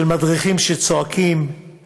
של מדריכים שצועקים,